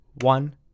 One